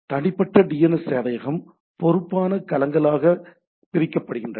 தனிப்பட்ட டிஎன்எஸ் சேவையகம் பொறுப்பான களங்களாக களங்கள் பிரிக்கப்படுகின்றன